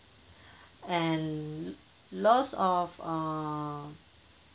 and loss of err